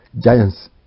giants